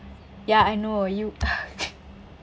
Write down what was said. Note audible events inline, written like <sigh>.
ya I know you <breath> <laughs>